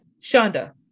Shonda